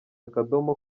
akadomo